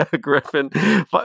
griffin